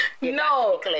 no